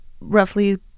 Roughly